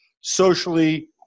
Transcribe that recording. socially